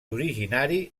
originari